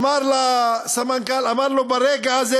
אמר לסמנכ"ל: ברגע הזה,